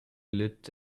lit